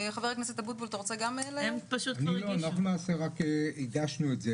הם פשוט כבר הגישו.